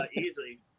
Easily